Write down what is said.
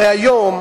הרי היום,